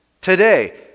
Today